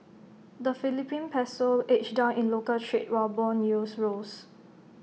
the Philippine Peso edged down in local trade while Bond yields rose